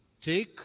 take